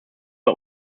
bei